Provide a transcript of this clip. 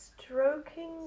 stroking